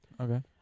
Okay